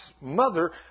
mother